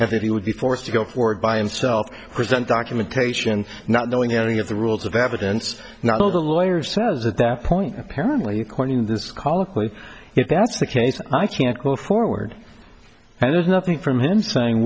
that he would be forced to go forward by himself present documentation not knowing any of the rules of evidence not the lawyer says at that point apparently according to this colloquy if that's the case i can't go forward and there's nothing from him saying